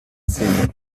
seen